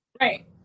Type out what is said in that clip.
Right